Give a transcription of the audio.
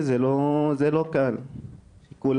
הייתי תקופה של חודש וחצי, כשהייתי בן 14-13 כזה,